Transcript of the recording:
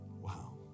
Wow